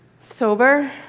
Sober